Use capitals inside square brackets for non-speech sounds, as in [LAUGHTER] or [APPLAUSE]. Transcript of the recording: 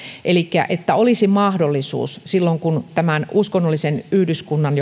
elikkä että olisi mahdollisuus silloin kun tämän uskonnollisen yhdyskunnan [UNINTELLIGIBLE]